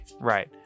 right